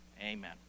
Amen